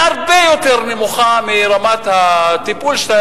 היא הרבה יותר נמוכה מרמת הטיפול שאתה